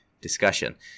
discussion